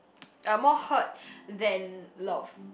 uh more hurt than love